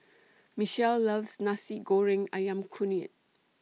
Michele loves Nasi Goreng Ayam Kunyit